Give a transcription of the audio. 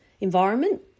environment